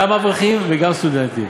גם אברכים וגם סטודנטים,